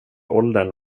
åldern